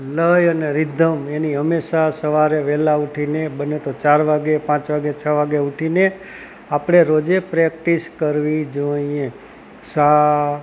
લય અને રિધમ એની હંમેશા સવારે વહેલા ઊઠીને બને તો ચાર વાગે પાંચ વાગે છ વાગે ઊઠીને આપણે રોજે પ્રેક્ટિસ કરવી જોઈએ સા